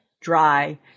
Dry